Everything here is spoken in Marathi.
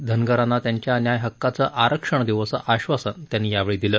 धनगरांना त्यांच्या न्याय हक्काने आरक्षण देव् असं आश्वासन त्यांनी यावेळी दिलं